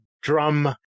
drum